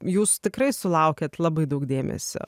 jūs tikrai sulaukiat labai daug dėmesio